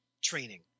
training